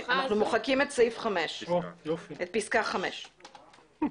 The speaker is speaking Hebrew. מוחקים את פסקה (ב)(5).